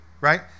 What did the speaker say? right